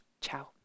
ciao